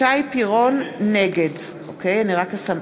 נגד אם כך,